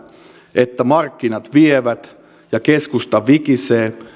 että markkinat vievät ja keskusta vikisee